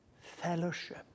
fellowship